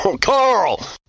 Carl